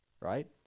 right